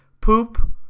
poop